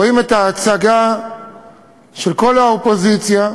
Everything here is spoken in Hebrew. רואים את ההצגה של כל האופוזיציה,